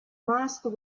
master